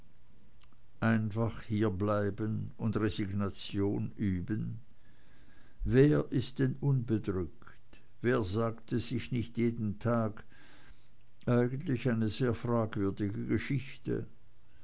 einfach hierbleiben und resignation üben wer ist denn unbedrückt wer sagte nicht jeden tag eigentlich eine sehr fragwürdige geschichte